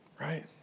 Right